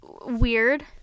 weird